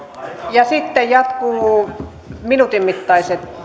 ja sitten jatkuvat minuutin mittaiset